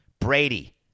Brady